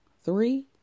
Three